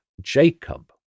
Jacob